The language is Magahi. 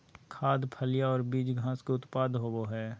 खाद्य, फलियां और बीज घास के उत्पाद होबो हइ